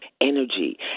energy